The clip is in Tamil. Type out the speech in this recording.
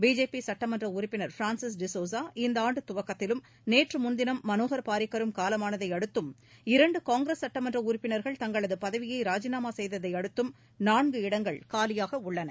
பிஜேபி சுட்டமன்ற உறுப்பினர் ஃபிரான்சிஸ் டிசோஸா இந்த ஆண்டு துவக்கத்திலும் நேற்று முன்தினம் மனோகர் பாரிக்கரும் காலமானதை அடுத்தும் இரண்டு காங்கிரஸ் சட்டமன்ற உறுப்பினர்கள் தங்களது பதவியை ராஜினாமா செய்ததை அடுத்தும் நான்கு இடங்கள் காலியாக உள்ளன